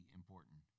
important